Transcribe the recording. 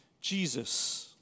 Jesus